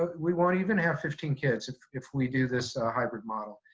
but we won't even have fifteen kids if if we do this hybrid model.